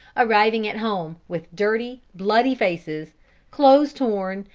arriving at home, with dirty, bloody faces clothes torn,